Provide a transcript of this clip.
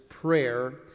prayer